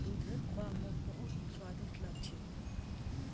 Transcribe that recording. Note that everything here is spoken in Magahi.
दूधेर खुआ मोक बहुत स्वादिष्ट लाग छ